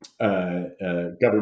Government